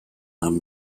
haben